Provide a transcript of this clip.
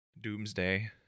Doomsday